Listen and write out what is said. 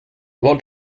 what